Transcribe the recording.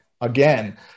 Again